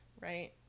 right